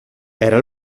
era